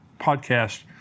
podcast